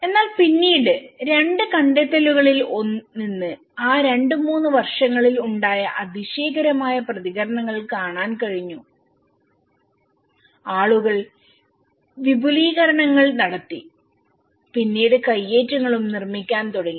എന്നാൽ പിന്നീട് രണ്ട് കണ്ടെത്തലുകളിൽ നിന്ന്ആ രണ്ട് മൂന്ന് വർഷങ്ങളിൽ ഉണ്ടായ അതിശയകരമായ പ്രതികരണങ്ങൾ കാണാൻ കഴിഞ്ഞു ആളുകൾ വിപുലീകരണങ്ങൾ നടത്തിപിന്നീട് കയ്യേറ്റങ്ങളും നിർമ്മിക്കാൻ തുടങ്ങി